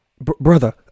Brother